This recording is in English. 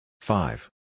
Five